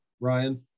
Ryan